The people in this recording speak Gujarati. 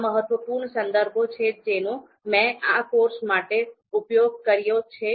આ મહત્વપૂર્ણ સંદર્ભો છે જેનો મેં આ કોર્સ માટે ઉપયોગ કરિયો છે